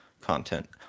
content